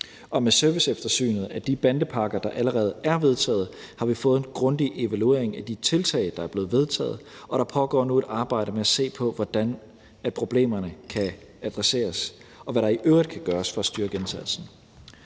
og med serviceeftersynet af de bandepakker, der allerede er vedtaget, har vi fået en grundig evaluering af de tiltag, der er blevet vedtaget, og der pågår nu et arbejde med at se, hvordan problemerne kan adresseres, og hvad der i øvrigt kan gøres for at styrke indsatsen.